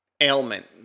ailment